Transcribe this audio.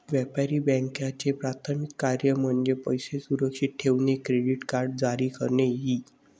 व्यापारी बँकांचे प्राथमिक कार्य म्हणजे पैसे सुरक्षित ठेवणे, क्रेडिट कार्ड जारी करणे इ